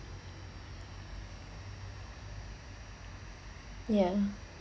ya